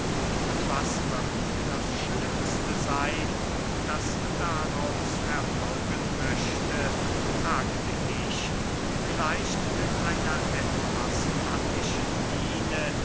und was wird das schlimmste seyn das daraus erfolgen möchte fragte ich vielleicht mit einer etwas attischen miene